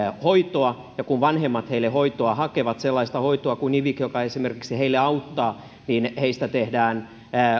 hoitoa ja kun vanhemmat heille hoitoa hakevat sellaista hoitoa kuin ivig joka esimerkiksi heille auttaa niin heistä tehdään